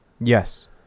Yes